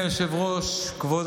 בכל